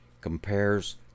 compares